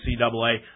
NCAA